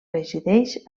resideix